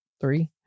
three